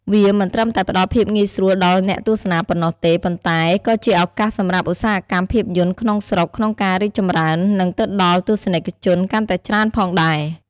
វាមិនត្រឹមតែផ្ដល់ភាពងាយស្រួលដល់អ្នកទស្សនាប៉ុណ្ណោះទេ ប៉ុន្តែក៏ជាឱកាសសម្រាប់ឧស្សាហកម្មភាពយន្តក្នុងស្រុកក្នុងការរីកចម្រើន និងទៅដល់ទស្សនិកជនកាន់តែច្រើនផងដែរ។